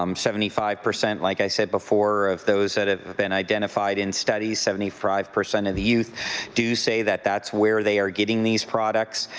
um seventy five percent like i said, before of those that have been identified in studies, seventy five percent of the youth do say that that's where they are getting these products,